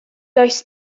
does